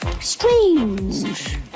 Strange